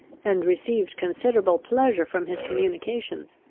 and received considerable pleasure from his communications.